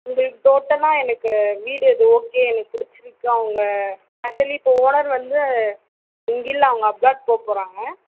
உங்களுக்கு டோட்டலாக எனக்கு வீடு அது ஓகே எனக்கு பிடிச்சிருக்கு அவங்க ஆக்ஷுவலி இப்போ ஓனர் வந்து இங்கே இல்லை அவங்க அப்ராட் போப்போறாங்க